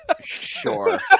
Sure